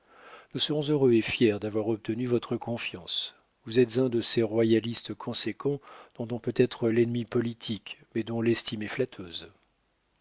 nous serons heureux et fiers d'avoir obtenu votre confiance vous êtes un de ces royalistes conséquents dont on peut être l'ennemi politique mais dont l'estime est flatteuse